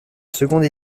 seconde